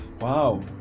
Wow